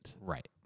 right